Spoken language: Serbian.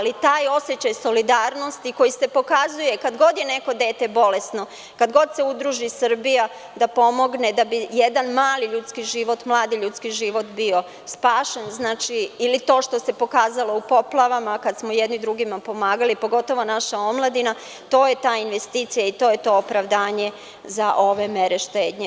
Taj osećaj solidarnosti koji se pokazuje kad god je neko dete bolesno, kad god se udruži Srbija da pomogne da bi jedan mladi ljudski život bio spašen ili to što se pokazalo u poplavama kada smo jedni drugima pomagali, pogotovo naša omladina, to je ta investicija i to je to opravdanje za ove mere štednje.